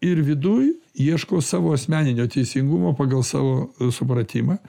ir viduj ieško savo asmeninio teisingumo pagal savo supratimą